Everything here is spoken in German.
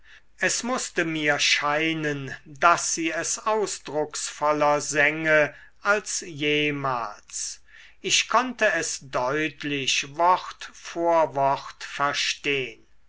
es mußte mir scheinen daß sie es ausdrucksvoller sänge als jemals ich konnte es deutlich wort vor wort verstehn